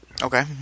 Okay